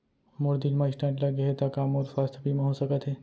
मोर दिल मा स्टन्ट लगे हे ता का मोर स्वास्थ बीमा हो सकत हे?